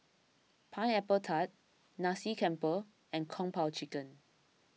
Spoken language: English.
Pineapple Tart Nasi Campur and Kung Po Chicken